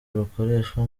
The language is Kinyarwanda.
rukoreshwa